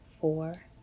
four